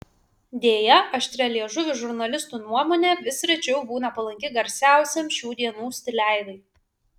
deja aštrialiežuvių žurnalistų nuomonė vis rečiau būna palanki garsiausiam šių dienų stileivai